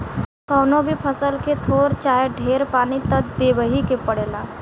कवनो भी फसल के थोर चाहे ढेर पानी त देबही के पड़ेला